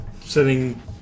sitting